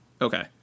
Okay